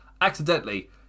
accidentally